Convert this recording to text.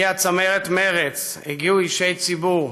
הגיעה צמרת מרצ, הגיעו אישי ציבור